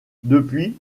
depuis